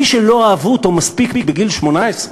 מי שלא אהבו אותו מספיק בגיל 18,